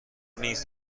نیست